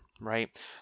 right